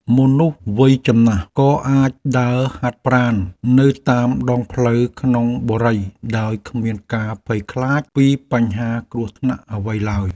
មនុស្សវ័យចំណាស់ក៏អាចដើរហាត់ប្រាណនៅតាមដងផ្លូវក្នុងបុរីដោយគ្មានការភ័យខ្លាចពីបញ្ហាគ្រោះថ្នាក់អ្វីឡើយ។